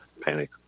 panic